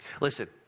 Listen